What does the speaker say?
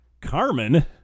Carmen